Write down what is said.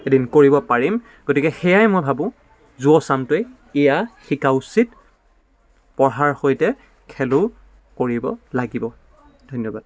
এদিন কৰিব পাৰিম গতিকে সেয়াই মই ভাবোঁ যুৱ চামটোৱে সেয়া শিকা উচিত পঢ়াৰ সৈতে খেলো কৰিব লাগিব ধন্যবাদ